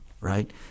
right